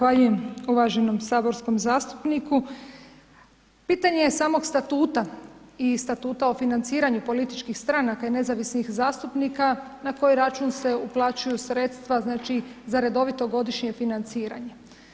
Zahvaljujem uvaženom saborskom zastupniku, pitanje je samog statuta i statuta o financiranju političkih stranaka i nezavisnih zastupnika na koji račun se uplaćuju sredstva za redovito godišnje financiranje.